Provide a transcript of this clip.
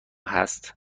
هست